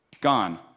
Gone